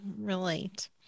relate